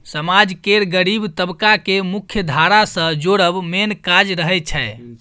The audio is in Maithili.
समाज केर गरीब तबका केँ मुख्यधारा सँ जोड़ब मेन काज रहय छै